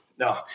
No